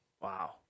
Wow